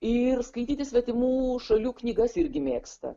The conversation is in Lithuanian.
ir skaityti svetimų šalių knygas irgi mėgsta